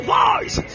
voice